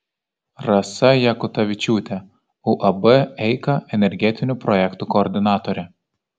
rasa jakutavičiūtė uab eika energetinių projektų koordinatorė